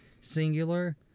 singular